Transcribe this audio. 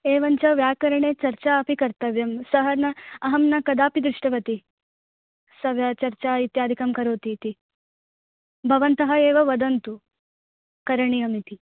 एवञ्च व्याकरणे चर्चा अपि कर्तव्यं सः न अहं न कदापि दृष्टवती सः व्या चर्चा इत्यादिकं करोतीति भवन्तः एव वदन्तु करणीयमिति